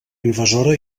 invasora